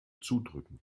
zudrücken